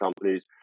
companies